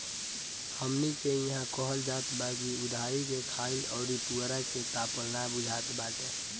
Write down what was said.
हमनी के इहां कहल जात बा की उधारी के खाईल अउरी पुअरा के तापल ना बुझात बाटे